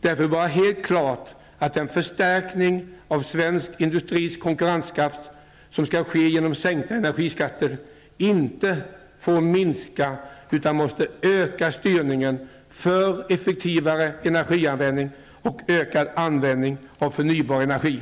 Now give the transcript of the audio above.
Därför bör det vara helt klart att den förstärkning av svensk industris konkurrenskraft som skall ske genom sänkta energiskatter inte får minska utan måste öka styrningen mot effektivare energianvändning och ökad användning av förnybar energi.